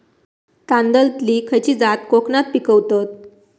तांदलतली खयची जात कोकणात पिकवतत?